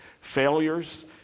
failures